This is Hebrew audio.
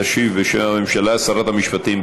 תשיב בשם הממשלה שרת המשפטים.